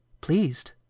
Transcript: Pleased